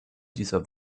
dieser